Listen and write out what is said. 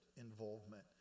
involvement